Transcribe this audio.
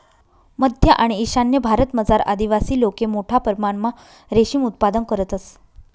मध्य आणि ईशान्य भारतमझार आदिवासी लोके मोठा परमणमा रेशीम उत्पादन करतंस